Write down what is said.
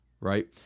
right